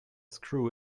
screw